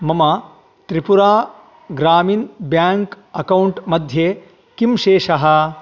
मम Tripura Gramin bank account मध्ये किं शेषः